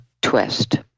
twist